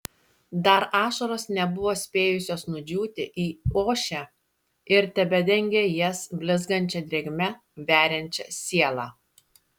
dar ašaros nebuvo spėjusios nudžiūti į ošę ir tebedengė jas blizgančia drėgme veriančia sielą